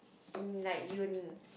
in like uni